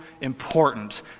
important